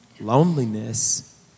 loneliness